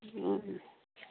ହୁଁ